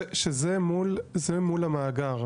זה מול המאגר,